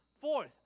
Fourth